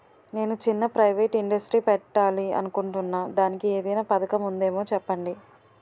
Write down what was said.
నేను చిన్న private industry పెట్టాలి అనుకుంటున్నా దానికి ఏదైనా పథకం ఉందేమో చెప్పండి?